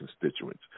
constituents